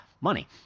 money